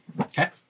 Okay